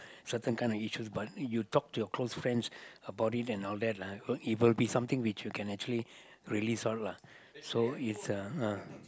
certain kind of issues but you talk to your close friends about it and all that lah it will be something which you can actually really solve lah so it's uh ah